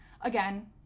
again